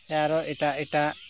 ᱥᱮ ᱟᱨᱚ ᱮᱴᱟᱜ ᱮᱴᱟᱜ